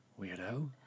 Weirdo